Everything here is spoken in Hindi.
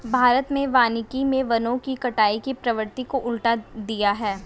भारत में वानिकी मे वनों की कटाई की प्रवृत्ति को उलट दिया है